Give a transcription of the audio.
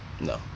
no